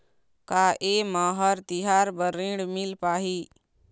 का ये म हर तिहार बर ऋण मिल पाही?